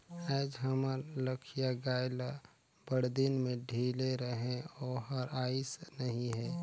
आयज हमर लखिया गाय ल बड़दिन में ढिले रहें ओहर आइस नई हे